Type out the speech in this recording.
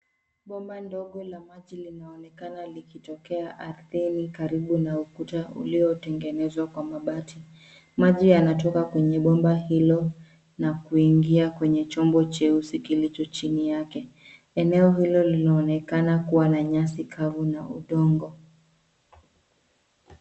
Bomba ndogo la maji linaonekana likitokea ardhini karibu na ukuta uliotengenezwa kwa mabati. Maji yanatoka kwenye bomba hilo na kuingia kwenye chombo cheusi kilicho chini yake. Eneo hilo lililoonekana kuwa na nyasi kavu na udongo.